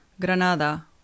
Granada